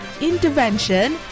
intervention